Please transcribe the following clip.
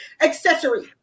accessory